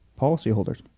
policyholders